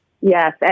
Yes